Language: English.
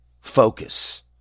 focus